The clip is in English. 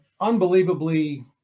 unbelievably